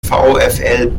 vfl